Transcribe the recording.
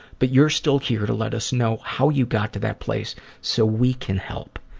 but you're still here to let us know how you got to that place so we can help,